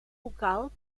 vocal